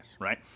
right